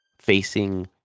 facing